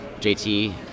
JT